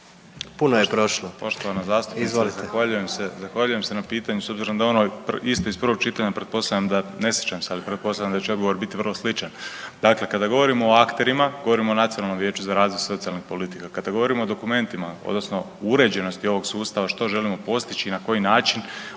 Puno je prošlo.